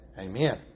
Amen